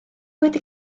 wedi